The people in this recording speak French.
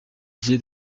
dié